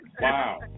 Wow